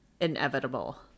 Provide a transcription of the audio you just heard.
inevitable